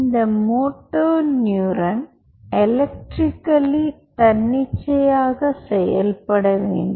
இந்த motor neuron electrically தன்னிச்சையாக செயல்பட வேண்டும்